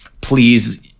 please